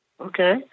okay